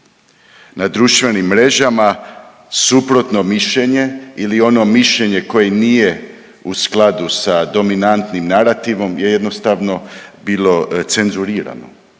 Na društvenim mrežama suprotno mišljenje ili ono mišljenje koje nije u skladu sa dominantnim narativom je jednostavno bilo cenzurirano.